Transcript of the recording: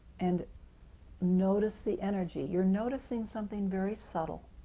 and notice the energy. you are noticing something very subtle,